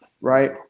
right